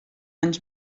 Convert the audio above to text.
anys